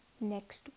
next